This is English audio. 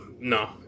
No